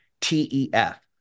TEF